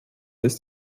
ist